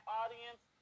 audience